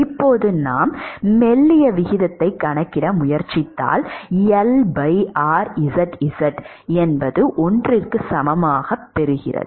இப்போது நாம் மெல்லிய விகிதத்தைக் கணக்கிட முயற்சித்தால் Lrzz 1